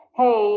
hey